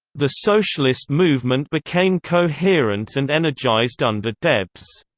the socialist movement became coherent and energized under debs.